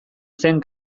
zen